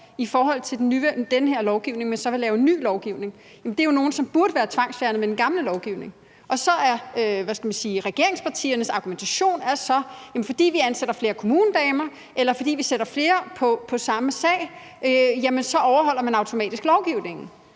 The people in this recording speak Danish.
i forhold til den her lovgivning – man så vil lave ny lovgivning – jo er nogle, som burde være tvangsfjernet under den gamle lovgivning. Regeringspartiernes argumentation er så, at fordi vi ansætter flere kommunedamer, eller fordi vi sætter flere på samme sag, overholder man automatisk lovgivningen.